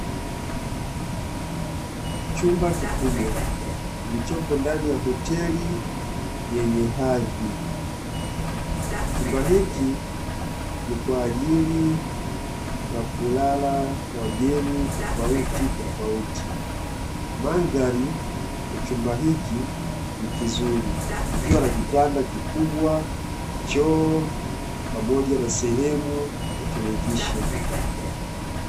Chumba kikubwa kilichopo ndani ya hoteli yenye hadhi. Chumba hiki ni kwaaajili ya kulala wageni tofautitofauti. Mandhari ya chumba hiki ni kizuri, ikiwa na kitanda kikubwa, choo pamoja na sehemu ya televisheni.